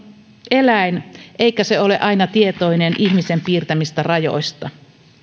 eläin eikä se ole aina tietoinen ihmisen piirtämistä rajoista